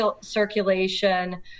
circulation